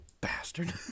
bastard